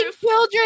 children